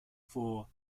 for